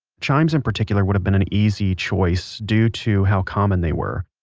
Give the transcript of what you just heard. chimes, in particular, would have been an easy choice due to how common they were.